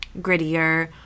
grittier